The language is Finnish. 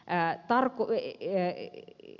ää tarhuri e e